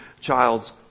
child's